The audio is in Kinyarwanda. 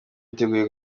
yiteguye